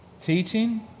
teaching